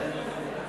הנמקה מהמקום.